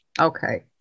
Okay